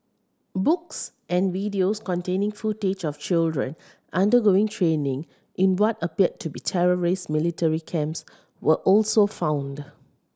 books and videos containing footage of children undergoing training in what appeared to be terrorist military camps were also found